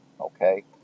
Okay